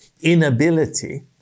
inability